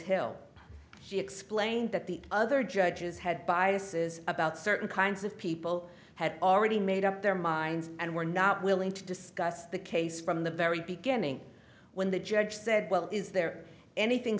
hill she explained that the other judges had biases about certain kinds of people had already made up their minds and were not willing to discuss the case from the very beginning when the judge said well is there anything